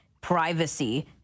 privacy